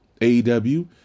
AEW